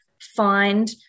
find